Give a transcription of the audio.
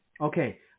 Okay